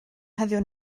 heddiw